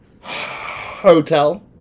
hotel